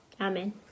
Amen